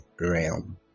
realm